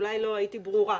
אולי לא הייתי ברורה,